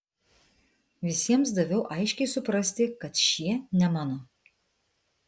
visiems daviau aiškiai suprasti kad šie ne mano